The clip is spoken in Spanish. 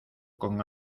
con